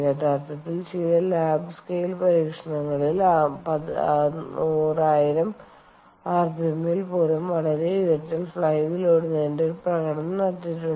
യഥാർത്ഥത്തിൽ ചില lab scale പരീക്ഷണങ്ങളിൽ 100000 rpm ൽ പോലും വളരെ ഉയരത്തിൽ ഫ്ലൈ വീൽ ഓടുന്നതിന്റെ ഒരു പ്രകടനം നടന്നിട്ടുണ്ട്